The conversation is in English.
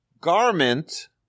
garment